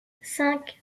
cinq